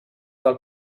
del